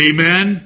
Amen